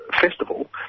festival